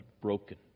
broken